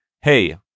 Hey